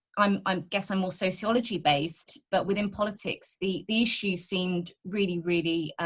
i'm i'm guess i'm all sociology based but within politics the issue seemed really really